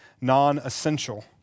non-essential